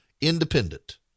Independent